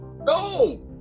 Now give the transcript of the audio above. no